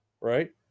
right